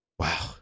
Wow